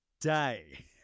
day